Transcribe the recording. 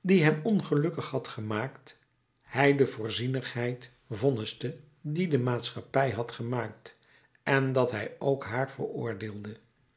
die hem ongelukkig had gemaakt hij de voorzienigheid vonniste die de maatschappij had gemaakt en dat hij ook haar veroordeelde